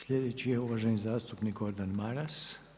Sljedeći je uvaženi zastupnik Gordan Maras.